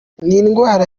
n’indwara